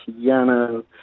piano